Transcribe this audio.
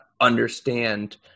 understand